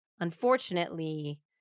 unfortunately